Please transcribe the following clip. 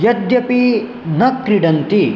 यद्यपि न क्रीडन्ति